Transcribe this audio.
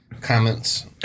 Comments